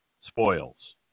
spoils